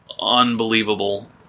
unbelievable